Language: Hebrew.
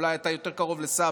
אולי אתה יותר קרוב לסבא.